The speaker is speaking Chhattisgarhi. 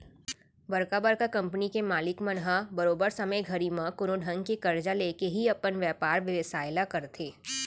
बड़का बड़का कंपनी के मालिक मन ह बरोबर समे घड़ी म कोनो ढंग के करजा लेके ही अपन बयपार बेवसाय ल करथे